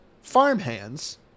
farmhands